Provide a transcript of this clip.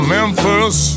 Memphis